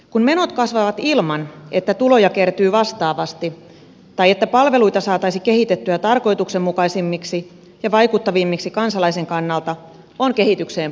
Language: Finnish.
kun menot kasvavat ilman että tuloja kertyy vastaavasti tai että palveluita saataisiin kehitettyä tarkoituksenmukaisemmiksi ja vaikuttavammiksi kansalaisen kannalta on kehitykseen puututtava